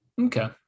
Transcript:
okay